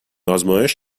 آزمایش